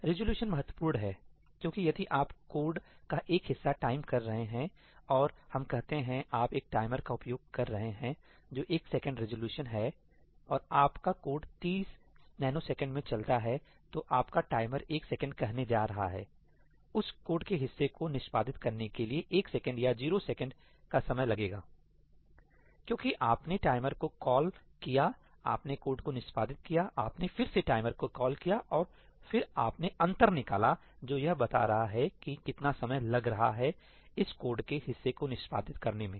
resolution महत्वपूर्ण है सही है क्योंकि यदि आप कोड का एक हिस्सा टाइम कर रहे हैं और हम कहते हैं आप एक टाइमर का उपयोग कर रहे हैं जो एक सेकंड रिज़ॉल्यूशन है और आपका कोड 30 नैनोसेकंडnanosecond में चलता हैसही है तो आपका टाइमर एक सेकंड कहने जा रहा है उस कोड के हिस्से को निष्पादित करने के लिए 1 सेकंड या 0 सेकंड का समय लगेगा क्योंकि आपने टाइमर को कॉल किया आपने कोड को निष्पादित किया आपने फिर से टाइमर को कॉल किया और फिर आपने अंतर निकाला जो यह बता रहा है कि कितना समय लग रहा है उस कोड के हिस्से को निष्पादित करने में